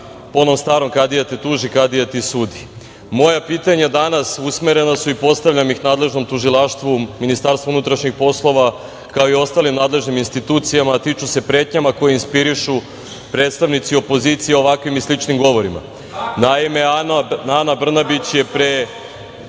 onom starom - kadija te tuži, kadija ti sudi. Moja pitanja danas usmerena su i postavljam ih nadležnom tužilaštvu, MUP, kao i ostalim nadležnim institucijama, a tiču se pretnji koje inspirišu predstavnici opozicije ovakvim i sličnim govorima. Naime, Ana Brnabić je